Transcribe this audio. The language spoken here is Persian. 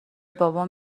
بابام